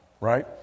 right